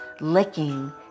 licking